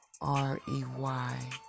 R-E-Y